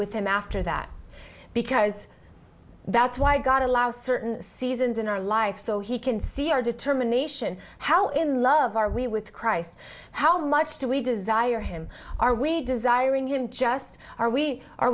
with him after that because that's why god allows certain seasons in our life so he can see our determination how in love are we with christ how much do we desire him are we desire in him just are we are